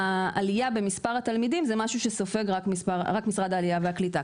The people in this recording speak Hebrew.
העלייה במספר התלמידים זה משהו שסופג רק משרד העלייה והקליטה.